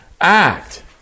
act